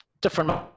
different